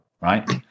right